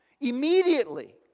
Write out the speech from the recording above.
immediately